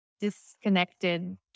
disconnected